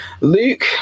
Luke